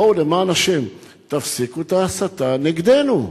בואו, למען השם, תפסיקו את ההסתה נגדנו.